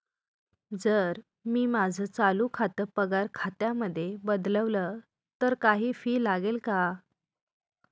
जर मी माझं चालू खातं पगार खात्यामध्ये बदलवल, तर काही फी लागेल का?